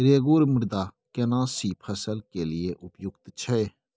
रेगुर मृदा केना सी फसल के लिये उपयुक्त छै?